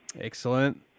Excellent